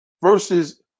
versus